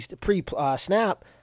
pre-snap